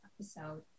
episode